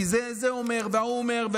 כי זה אומר וההוא אומר,